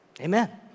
Amen